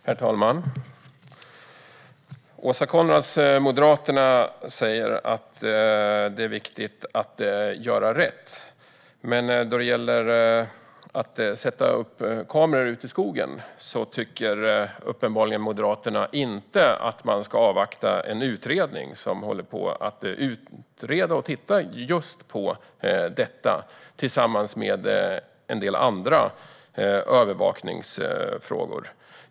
Herr talman! Åsa Coenraads och Moderaterna säger att det är viktigt att göra rätt, men när det gäller att sätta upp kameror ute i skogen tycker Moderaterna uppenbarligen inte att man ska avvakta en utredning som tittar just på detta och en del andra övervakningsfrågor.